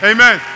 Amen